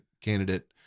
candidate